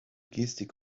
gestik